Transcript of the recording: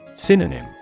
Synonym